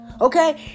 Okay